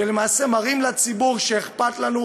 שלמעשה מראים לציבור שאכפת לנו: